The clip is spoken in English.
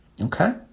Okay